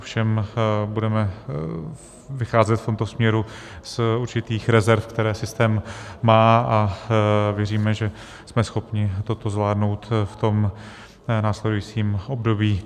Ovšem budeme vycházet v tomto směru z určitých rezerv, které systém má, a věříme, že jsme schopni toto zvládnout v tom následujícím období.